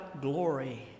glory